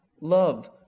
Love